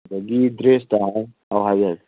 ꯑꯗꯒꯤ ꯗ꯭ꯔꯦꯁꯇ ꯍꯥꯏꯌꯨ ꯍꯥꯏꯌꯨ